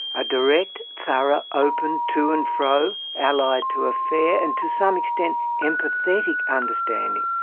a direct, thorough, open to-and-fro, allied to a fair, and to some extent empathetic, understanding,